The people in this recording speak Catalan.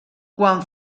quan